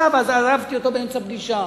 עזבתי אותו באמצע פגישה.